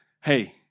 hey